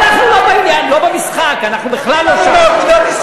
אנחנו לא בעניין, לא במשחק, אנחנו בכלל לא שם.